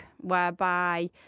whereby